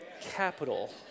capital